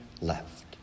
left